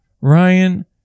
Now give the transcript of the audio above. Ryan